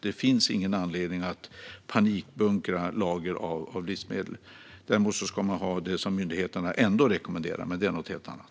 Det finns ingen anledning att panikbunkra lager av livsmedel. Däremot ska man ha det som myndigheterna ändå rekommenderar, men det är något helt annat.